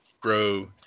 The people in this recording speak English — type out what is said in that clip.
grow